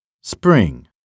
Spring